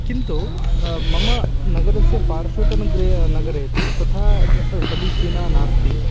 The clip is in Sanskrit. किन्तु मम नगरस्य पार्श्वतनगरे नगरे तु तथा स समीचीना नास्ति